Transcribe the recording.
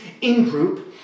in-group